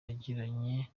yagiranye